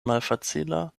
malfacila